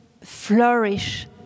flourish